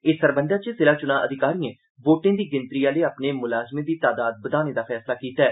इस सरबंधी च जिला चुनां अधिकारिएं वोटें दी गिनतरी करने आहले अपने मुलाज़में दी तादाद बधाने दा फैसला कीता ऐ